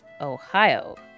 Ohio